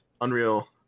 Unreal